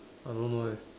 I don't know leh